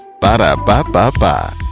Ba-da-ba-ba-ba